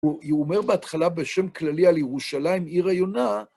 הוא אומר בהתחלה בשם כללי על ירושלים, עיר ביונה,